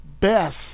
best